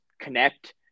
connect